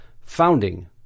Founding